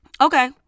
Okay